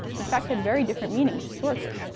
in fact, had very different meanings historically.